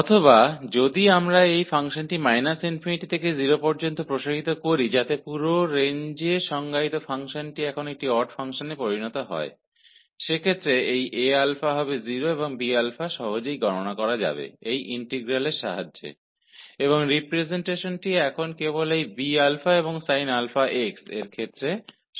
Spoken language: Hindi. या यदि हम इस फ़ंक्शन को −∞ से 0 तक बढ़ाते हैं ताकि पूरी रेंज में परिभाषित फ़ंक्शन अब एक ओड फ़ंक्शन बन जाए उस स्थिति में यह Aα 0 होगा और Bα की गणना इस इंटीग्रल की सहायता से आसानी से की जा सकती है और रिप्रजेंटेशन अब केवल इस Bα और sin αx की टर्म्स में सरल हो जाएगा